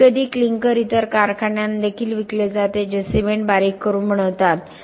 कधीकधी क्लिंकर इतर कारखान्यांना देखील विकले जाते जे सिमेंट बारीक करून बनवतात